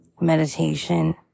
meditation